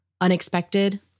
unexpected